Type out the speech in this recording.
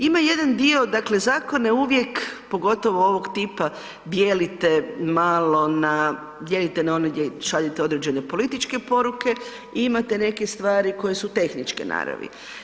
Ima jedan dio, dakle zakon je uvijek pogotovo ovog tipa dijelite malo na, dijelite na one gdje šaljete određene političke poruke i imate neke stvari koje su tehničke naravi.